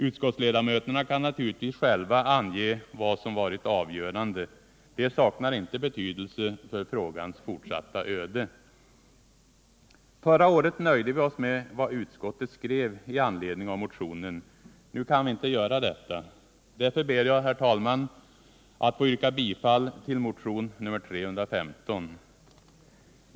Utskottsledamöterna kan naturligtvis själva ange vad som varit avgörande. Det saknar inte betydelse för frågans fortsatta öde. Förra året nöjde vi oss med vad utskottet skrev i anledning av motionen. Nu kan vi inte göra detta. Därför ber jag, herr talman, att få yrka bifall till motion nr 315.